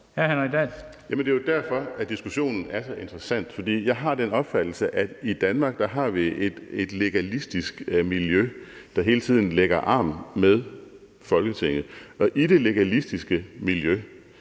det er jo derfor, at diskussionen er så interessant. For jeg har den opfattelse, at vi i Danmark har et legalistisk miljø, der hele tiden lægger arm med Folketinget. Og i det legalistiske miljø